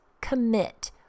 commit